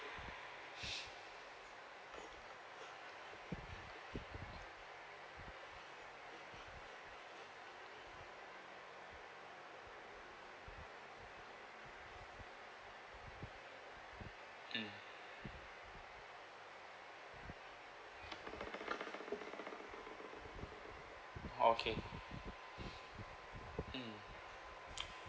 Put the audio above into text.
mm okay mm